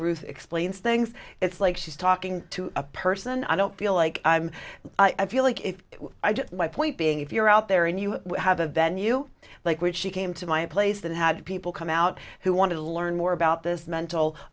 ruth explains things it's like she's talking to a person i don't feel like i'm i feel like if i get my point being if you're out there and you have a venue like when she came to my place that had people come out who want to learn more about this mental